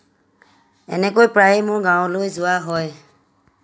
এনেকৈ প্ৰায়ে মোৰ গাঁৱলৈ যোৱা হয়